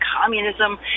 communism